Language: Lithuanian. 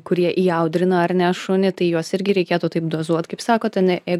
kurie įaudrina ar ne šunį tai juos irgi reikėtų taip dozuot kaip sakot ane jeigu